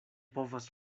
povas